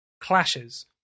Clashes